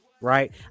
Right